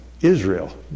Israel